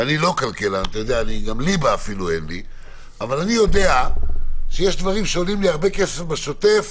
אני לא כלכלן אבל אני יודע שיש דברים שעולים הרבה כסף בשוטף